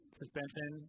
suspension